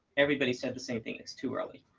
everybody said the same thing. it's too early.